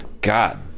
god